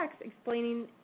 explaining